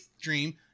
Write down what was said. dream